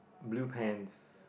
blue pants